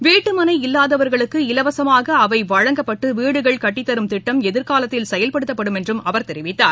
வீட்டுமனை இல்லாதவர்களுக்கு இலவசமாகஅவைவழங்கப்பட்டுவீடுகள் கட்டித்தரும் திட்டம் எதிர்காலத்தில் செயல்படுத்தப்படும் என்றும் அவர் தெரிவித்தார்